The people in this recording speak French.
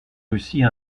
russie